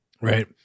Right